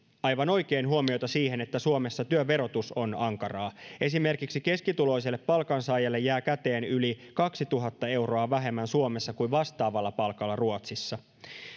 aivan oikein huomiota siihen että suomessa työn verotus on ankaraa esimerkiksi keskituloiselle palkansaajalle jää käteen yli kaksituhatta euroa vähemmän suomessa kuin vastaavalla palkalla ruotsissa